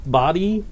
body